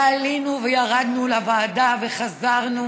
ועלינו וירדנו לוועדה וחזרנו,